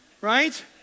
right